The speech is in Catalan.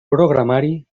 programari